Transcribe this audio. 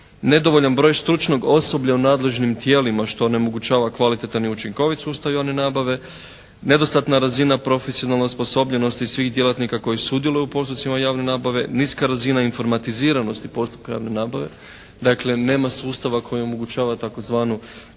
Nedovoljan broj stručnog osoblja u nadležnim tijelima što onemogućava kvalitetan i učinkovit sustav javne nabave. Nedostatna razina profesionalne osposobljenosti svih djelatnika koji sudjeluju u postupcima javne nabave. Niska razina informatiziranosti postupka javne nabave. Dakle nema sustava koji omogućava tzv.